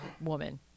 woman